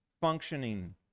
functioning